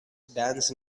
dance